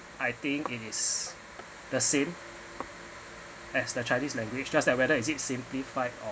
I think it is the same as the chinese language just that whether is it simplified or